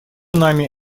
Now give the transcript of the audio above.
нами